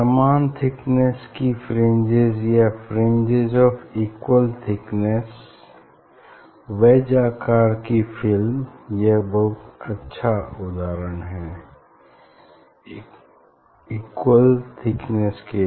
समान थिकनेस की फ्रिंजेस या fringes of equal thickness wedge आकर की फिल्म यह बहुत अच्छा उदाहरण हैं इक्वल थिकनेस के लिए